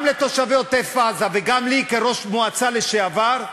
גם לתושבי עוטף-עזה וגם לי כראש מועצה לשעבר: